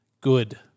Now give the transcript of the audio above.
Good